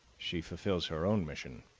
she fulfills her own mission,